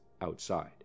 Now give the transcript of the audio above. outside